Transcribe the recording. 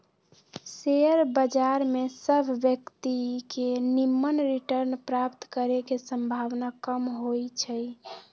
share बजार में सभ व्यक्तिय के निम्मन रिटर्न प्राप्त करे के संभावना कम होइ छइ